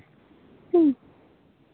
ᱦᱮᱸ